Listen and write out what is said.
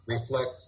Reflect